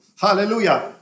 Hallelujah